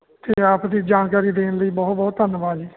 ਅਤੇ ਆਪ ਦੀ ਜਾਣਕਾਰੀ ਦੇਣ ਲਈ ਬਹੁਤ ਬਹੁਤ ਧੰਨਵਾਦ ਜੀ